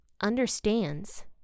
understands